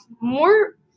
more